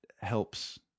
helps